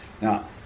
Now